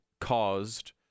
caused